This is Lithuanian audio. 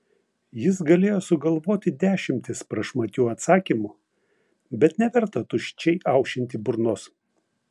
jis galėjo sugalvoti dešimtis prašmatnių atsakymų bet neverta tuščiai aušinti burnos